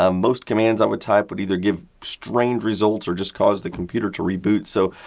um most commands i would type would either give strange results or just cause the computer to reboot. so,